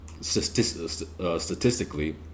statistically